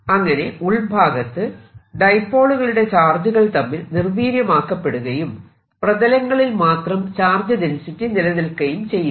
അങ്ങനെ ഉൾഭാഗത്ത് ഡൈപോളുകളുടെ ചാർജുകൾ തമ്മിൽ നിർവീര്യമാക്കപ്പെടുകയും പ്രതലങ്ങളിൽ മാത്രം ചാർജ് ഡെൻസിറ്റി നിലനിൽക്കയും ചെയ്യുന്നു